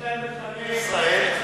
יש להם חגי ישראל.